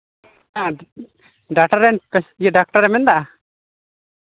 ᱦᱮᱸ ᱰᱟᱴᱟ ᱨᱮᱱ ᱰᱟᱠᱛᱟᱨᱮᱢ ᱢᱮᱱᱫᱟ